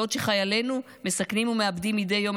בעוד חיילינו מסכנים ומאבדים מדי יום